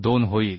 2 होईल